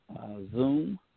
Zoom